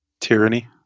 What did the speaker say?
Tyranny